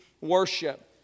worship